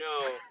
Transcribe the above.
no